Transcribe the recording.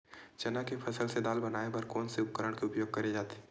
चना के फसल से दाल बनाये बर कोन से उपकरण के उपयोग करे जाथे?